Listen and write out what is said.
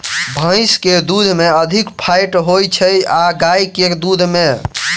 भैंस केँ दुध मे अधिक फैट होइ छैय या गाय केँ दुध में?